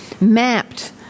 mapped